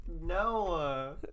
No